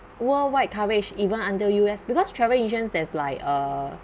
worldwide coverage even under U_S because travel insurance that's like uh